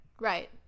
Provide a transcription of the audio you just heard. Right